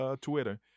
Twitter